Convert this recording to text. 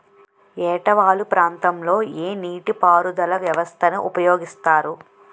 ఏట వాలు ప్రాంతం లొ ఏ నీటిపారుదల వ్యవస్థ ని ఉపయోగిస్తారు?